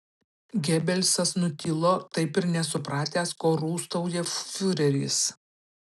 gebelsas nutilo taip ir nesupratęs ko rūstauja fiureris